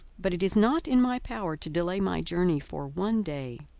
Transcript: but it is not in my power to delay my journey for one day!